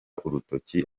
urutoki